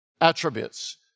attributes